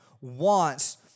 wants